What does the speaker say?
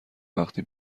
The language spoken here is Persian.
وقتی